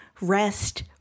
rest